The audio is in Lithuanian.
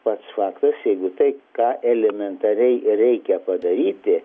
pats faktas jeigu tai ką elementariai reikia padaryti